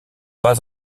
pas